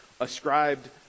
ascribed